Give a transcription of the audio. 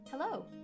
Hello